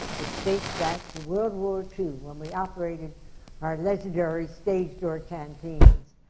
which dates back to world war two, when we operated our legendary stage door canteens.